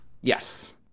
Yes